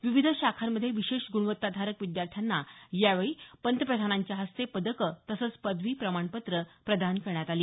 विविध शाखांमध्ये विशेष ग्णवत्ताधारक विद्यार्थ्यांना यावेळी पंतप्रधानांच्या हस्ते पदकं तसंच पदवी प्रमाणपत्रं प्रदान करण्यात आली